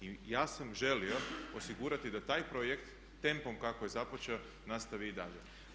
I ja sam želio osigurati da taj projekt tempom kako je započeo nastavi i dalje.